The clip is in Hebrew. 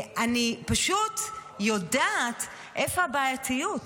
אני פשוט יודעת איפה הבעייתיות.